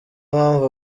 mpamvu